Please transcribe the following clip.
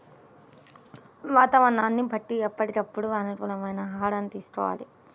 వాతావరణాన్ని బట్టి ఎప్పటికప్పుడు అనుకూలమైన ఆహారాన్ని తీసుకోవాలి